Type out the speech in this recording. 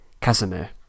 Casimir